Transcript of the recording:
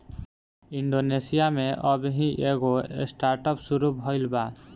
Indonesia में अबही एगो स्टार्टअप शुरू भईल बा